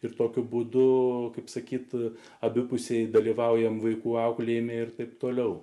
ir tokiu būdu kaip sakyta abipusiai dalyvaujame vaikų auklėjime ir taip toliau